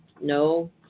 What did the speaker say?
no